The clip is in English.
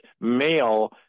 male